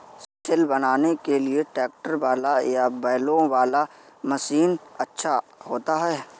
सिल बनाने के लिए ट्रैक्टर वाला या बैलों वाला मशीन अच्छा होता है?